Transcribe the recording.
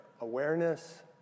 awareness